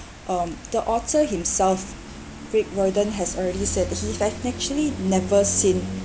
um the author himself rick riordan has already said he have actually never seen